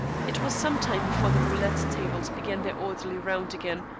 it was some time before the roulette tables began their orderly round again,